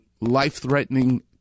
life-threatening